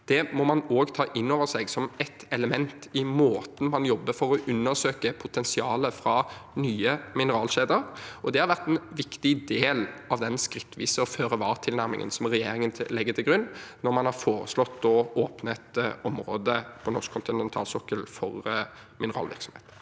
Det må man òg ta inn over seg som et element i måten man jobber på for å undersøke potensialet fra nye mineralkjeder. Det har vært en viktig del av den skrittvise føre-var-tilnærmingen som regjeringen legger til grunn, når man har foreslått å åpne et område for mineralvirksomhet